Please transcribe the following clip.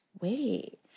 wait